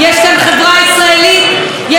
יש כאן קולנוע ישראלי של כולם,